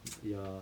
ya